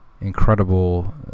incredible